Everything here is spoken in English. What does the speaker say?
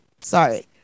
Sorry